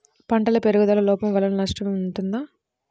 పంటల పెరుగుదల లోపం వలన నష్టము ఉంటుందా?